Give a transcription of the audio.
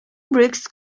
briggs